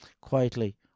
quietly